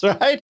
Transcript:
right